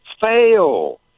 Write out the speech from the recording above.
fail